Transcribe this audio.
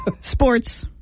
Sports